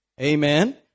Amen